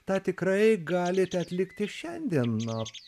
tą tikrai galite atlikti šiandien